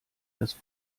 das